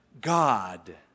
God